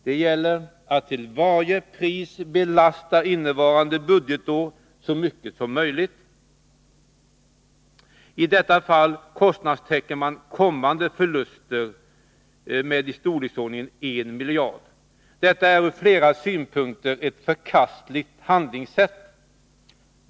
Det gäller att till varje pris belasta innevarande budgetår så mycket som möjligt. I detta fall kostnadstäcker man kommande förluster med ca en miljard. Detta är ur flera synpunkter ett förkastligt handlingssätt.